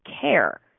care